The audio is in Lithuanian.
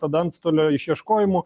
tada antstolio išieškojimu